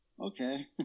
okay